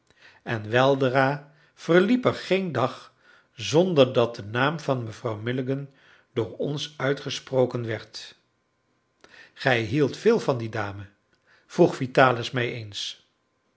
en weldra verliep er geen dag zonder dat de naam van mevrouw milligan door ons uitgesproken werd gij hieldt veel van die dame vroeg vitalis mij eens